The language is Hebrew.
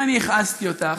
אם אני הכעסתי אותך,